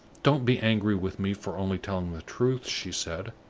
don't be angry with me for only telling the truth, she said.